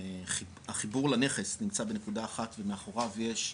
החיבור לנכס נמצא בנקודה אחת, ומאחוריו יש,